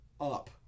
Up